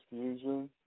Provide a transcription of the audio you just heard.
fusion